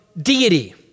deity